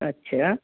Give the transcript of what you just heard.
اچھا